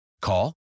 Call